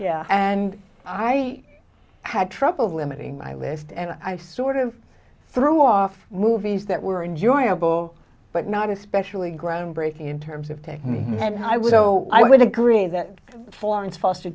yeah and i had trouble limiting my list and i sort of threw off movies that were enjoyable but not especially groundbreaking in terms of technique and i was so i would agree that for its foster